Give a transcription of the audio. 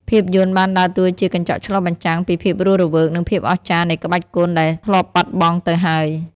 ភាពយន្តបានដើរតួជាកញ្ចក់ឆ្លុះបញ្ចាំងពីភាពរស់រវើក និងភាពអស្ចារ្យនៃក្បាច់គុណដែលធ្លាប់បាត់បង់ទៅហើយ។